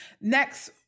next